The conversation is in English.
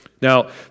Now